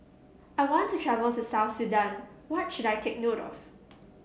i want to travel to South Sudan What should I take note of